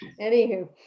Anywho